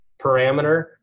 parameter